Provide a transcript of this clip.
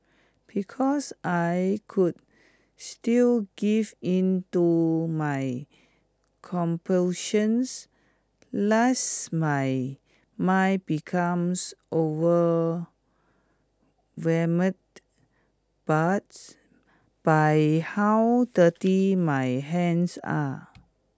because I could still give in to my compulsions last my mind becomes overwhelmed but by how dirty my hands are